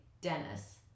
Dennis